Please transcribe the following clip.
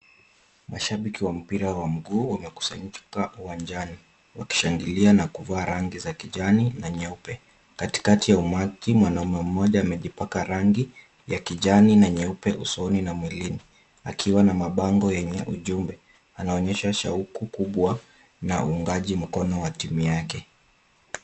Mashabiki wa mpira wa mguu wamekusanyika uwanjani wakishangilia na kuvaa rangi za kijani na nyeupe. Katikati ya umati, mwanamume mmoja amejipaka rangi ya kijani na nyeupe usoni na mwilini. Akiwa na mabango yenye ujumbe anaonyesha shauku kubwa na uungaji mkono wa timu yake.